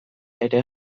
ere